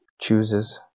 chooses